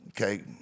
Okay